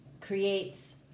creates